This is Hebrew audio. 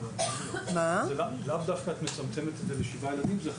לאו דווקא את מצמצמת את זה לשבעה ילדים.